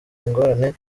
ingorane